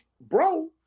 bro